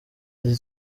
ati